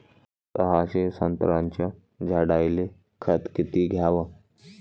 सहाशे संत्र्याच्या झाडायले खत किती घ्याव?